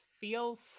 feels